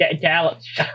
Dallas